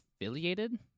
affiliated